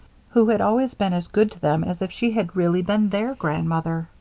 who had always been as good to them as if she had really been their grandmother,